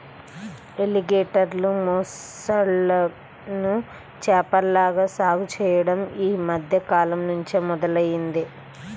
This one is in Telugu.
ఎలిగేటర్లు, మొసళ్ళను చేపల్లాగా సాగు చెయ్యడం యీ మద్దె కాలంనుంచే మొదలయ్యింది